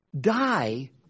die